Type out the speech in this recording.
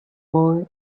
boy